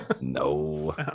No